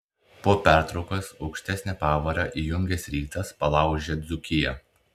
po pertraukos aukštesnę pavarą įjungęs rytas palaužė dzūkiją